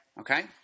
Okay